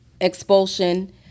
expulsion